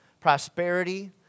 prosperity